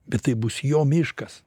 bet tai bus jo miškas